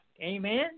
Amen